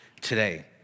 today